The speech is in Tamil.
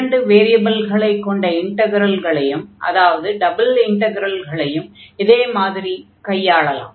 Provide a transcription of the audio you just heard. இரண்டு வேரியபில்களை கொண்ட இன்டக்ரல்களையும் அதாவது டபுள் இன்டக்ரல்களையும் இதே மாதிரி கையாளலாம்